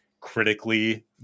critically